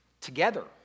together